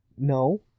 No